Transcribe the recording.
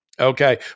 Okay